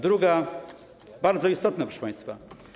Druga, bardzo istotna, proszę państwa.